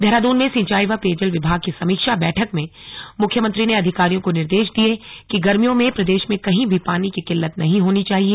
देहरादून में सिंचाई व पेयजल विभाग की समीक्षा बैठक में मुख्यमंत्री ने अधिकारियों को निर्देश दिये की गर्मियों में प्रदेश में कही भी पानी की किल्लत नहीं होनी चाहिए